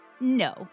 No